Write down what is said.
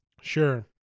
Sure